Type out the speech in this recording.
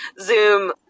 Zoom